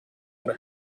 her